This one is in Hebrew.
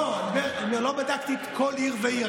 לא, אני לא בדקתי כל עיר ועיר.